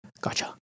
Gotcha